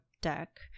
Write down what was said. deck